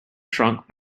shrunk